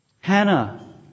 Hannah